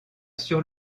sur